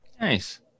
Nice